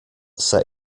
set